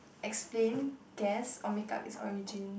explain guess or make up it's origin